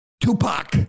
Tupac